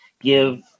give